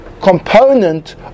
component